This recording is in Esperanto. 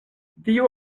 dio